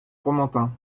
fromantin